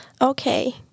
Okay